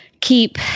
keep